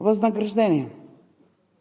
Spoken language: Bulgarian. Възнаграждение